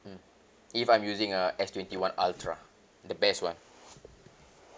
mm if I'm using a S twenty one ultra the best one